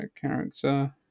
character